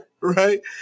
right